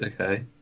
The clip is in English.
Okay